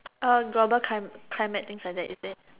uh global clim~ climate things like that is it